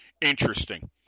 interesting